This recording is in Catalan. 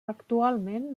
actualment